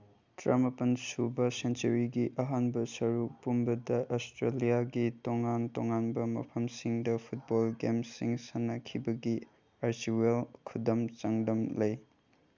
ꯇꯔꯥꯃꯥꯄꯟ ꯁꯨꯕ ꯁꯦꯟꯆꯨꯔꯤꯒꯤ ꯑꯍꯥꯟꯕ ꯁꯔꯨꯛ ꯄꯨꯝꯕꯗ ꯑꯁꯇ꯭ꯔꯦꯂꯤꯌꯥꯒꯤ ꯇꯣꯉꯥꯟ ꯇꯣꯉꯥꯟꯕ ꯃꯐꯝꯁꯤꯡꯗ ꯐꯨꯠꯕꯣꯜ ꯀꯦꯝꯞꯁꯤꯡ ꯁꯥꯟꯅꯈꯤꯕꯒꯤ ꯑꯔꯆꯤꯚꯦꯜ ꯈꯨꯗꯝ ꯆꯥꯡꯗꯝ ꯂꯩ